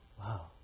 wow